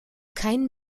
kein